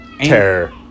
Terror